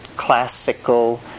classical